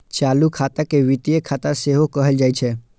चालू खाता के वित्तीय खाता सेहो कहल जाइ छै